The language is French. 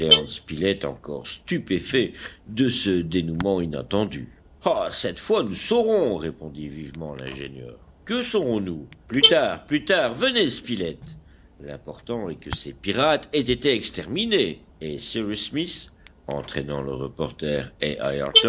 encore stupéfait de ce dénouement inattendu ah cette fois nous saurons répondit vivement l'ingénieur que saurons-nous plus tard plus tard venez spilett l'important est que ces pirates aient été exterminés et cyrus smith entraînant le reporter et